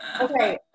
Okay